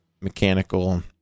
mechanical